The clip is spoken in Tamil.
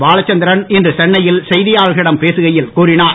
பாலச்சந்தர் இன்று சென்னையில் செய்தியாளர்களிடம் பேசுகையில் கூறினார்